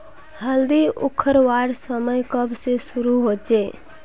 हल्दी उखरवार समय कब से शुरू होचए?